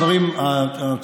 אתה עומד מאחוריה?